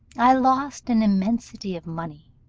i lost an immensity of money,